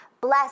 Bless